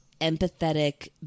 empathetic